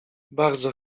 bardzo